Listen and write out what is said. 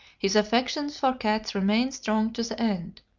his affections for cats remained strong to the end.